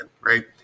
right